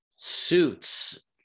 Suits